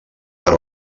per